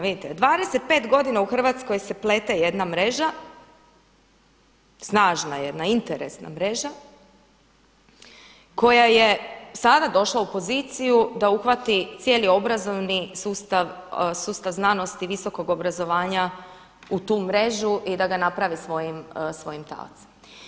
Vidite 25 godina u Hrvatskoj se plete jedna mreža, snažna jedna interesna mreža koja je sada došla u poziciju da uhvati cijeli obrazovni sustav, sustav znanosti i visokog obrazovanja u tu mrežu i da ga napravi svojim taocem.